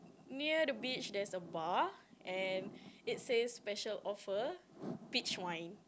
near the beach there's a bar and it says special offer peach wine